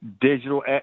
Digital –